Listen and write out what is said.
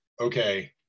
okay